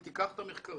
היא תיקח את המחקרים,